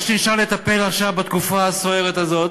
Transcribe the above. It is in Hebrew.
מה שנשאר לטפל עכשיו, בתקופה הסוערת הזאת,